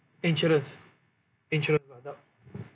insurance insurance